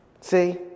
See